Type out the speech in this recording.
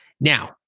Now